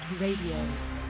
Radio